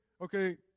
okay